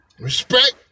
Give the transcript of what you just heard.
respect